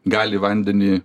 gali vandenį